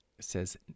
says